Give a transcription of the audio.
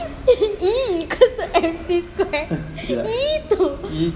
E equals to M C square E two